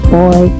Boy